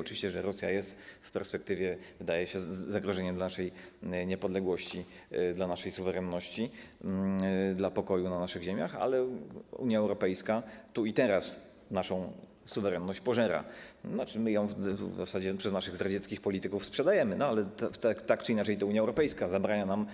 Oczywiście wydaje się, że Rosja jest w perspektywie zagrożeniem dla naszej niepodległości, naszej suwerenności, dla pokoju na naszych ziemiach, ale Unia Europejska tu i teraz naszą suwerenność pożera, tzn. my ją w zasadzie przez naszych zdradzieckich polityków sprzedajemy, ale tak czy inaczej to Unia Europejska zabrania nam